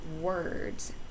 words